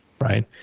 Right